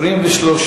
סעיפים 1 4 נתקבלו.